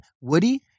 Woody